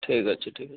ଠିକ୍ ଅଛି ଠିକ୍ ଅଛି